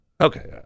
Okay